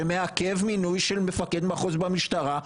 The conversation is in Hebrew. שמעכב מינוי של מפקד מחוז במשטרה,